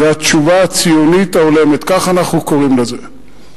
זה התשובה הציונית ההולמת, כך אנחנו קוראים לזה.